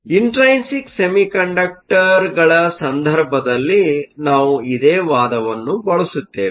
intrinsic ಸೆಮಿಕಂಡಕ್ಟರ್ಗಳ ಸಂದರ್ಭದಲ್ಲಿ ನಾವು ಇದೇ ವಾದವನ್ನು ಬಳಸುತ್ತೇವೆ